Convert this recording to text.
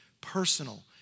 personal